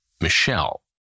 Michelle